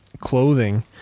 clothing